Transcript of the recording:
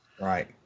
Right